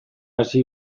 hasi